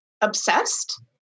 obsessed